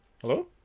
Hello